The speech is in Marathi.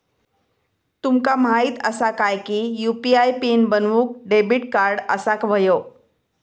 तुमका माहित असा काय की यू.पी.आय पीन बनवूक डेबिट कार्ड असाक व्हयो